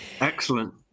Excellent